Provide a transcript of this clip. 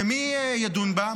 שמי ידון בה?